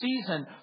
season